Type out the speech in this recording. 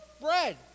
bread